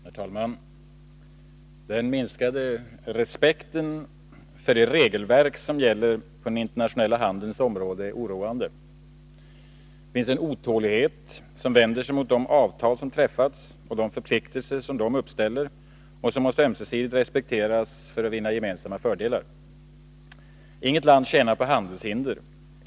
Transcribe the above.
Herr talman! Den minskade respekten för det regelverk som gäller den internationella handelns område är oroande. Det finns en otålighet som vänder sig mot de avtal som träffats och de förpliktelser som dessa uppställer och som måste ömsesidigt respekteras för att vinna gemensamma fördelar. Inget land tjänar på handelshinder.